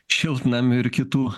šiltnamių ir kitų